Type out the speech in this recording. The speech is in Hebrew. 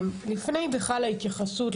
לפני בכלל ההתייחסות,